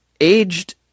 aged